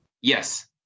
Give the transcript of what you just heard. Yes